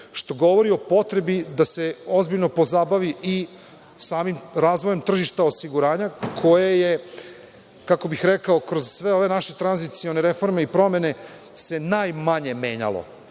što govori o potrebi da se ozbiljno pozabavi i samim razvojem tržišta osiguranja koje se, kako bih rekao, kroz sve ove naše tranzicione reforme i promene najmanje menjalo,